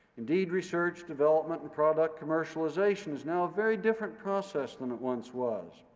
indeed, research, development, and product commercialization is now a very different process than it once was.